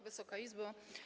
Wysoka Izbo!